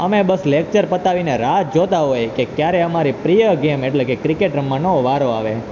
અમે બસ લેકચર પતાવીને રાહ જ જોતાં હોઇ કે ક્યારે અમારી પ્રિય ગેમ એટલે કે ક્રિકેટ રમવાનો વારો આવે